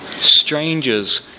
Strangers